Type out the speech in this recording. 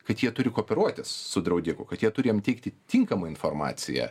kad jie turi kooperuotis su draudiku kad jie turi jiem teikti tinkamą informaciją